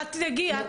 קרן,